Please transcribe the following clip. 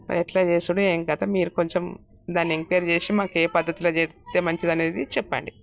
ఎట్ల చేయడం ఏం కథ మీరు కొంచెం దాన్ని ఎంక్వయిరీ చేసి మాకు ఏ పద్దతిలో చేస్తే మంచిదనేది చెప్పండి